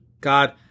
god